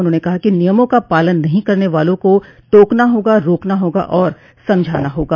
उन्होंने कहा कि नियमों का पालन नहीं करने वालों को टोकना होगा रोकना होगा और समझाना होगा